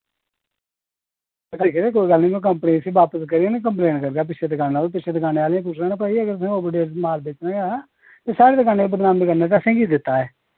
ठीक ऐ ते कोई गल्ल नी मैं कोम्पनी इस्सी बापस करियै ना कम्प्लेन करगा पिच्छे दुकाना पर पिच्छे दुकाने आह्ले पुच्छी लाओ ना भाई अगर तुसैं ओवर डेट समान बेचना गै ते साढ़ी दुकाने बदनाम करने असें ई की दित्ता एह्